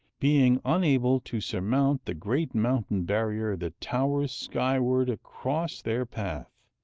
being unable to surmount the great mountain barrier that towers skyward across their path,